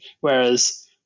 whereas